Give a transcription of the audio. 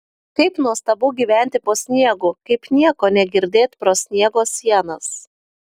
kaip nuostabu gyventi po sniegu kaip nieko negirdėt pro sniego sienas